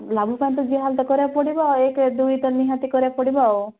ଲାଭ ପାଇଁ ତ ଯାହାହେଲେ କରିବାକୁ ପଡ଼ିବ ଆଉ ଏକ ଦୁଇ ତ ନିହାତି କରିବାକୁ ପଡ଼ିବ ଆଉ